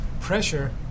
pressure